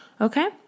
Okay